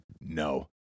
No